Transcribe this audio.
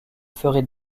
ferez